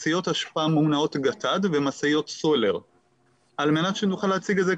משאיות אשפה ממונעות גט"ד ומשאיות סולר על מנת שנוכל להציג את זה,